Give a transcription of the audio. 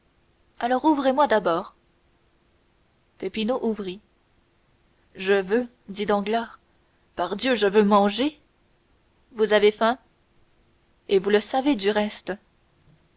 alors ouvrez-moi d'abord peppino ouvrit je veux dit danglars pardieu je veux manger vous avez faim et vous le savez du reste